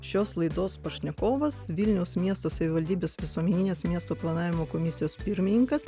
šios laidos pašnekovas vilniaus miesto savivaldybės visuomeninės miesto planavimo komisijos pirmininkas